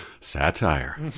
satire